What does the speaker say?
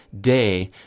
day